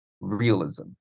realism